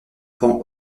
plans